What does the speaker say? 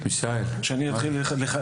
שאני אתחיל לחלק?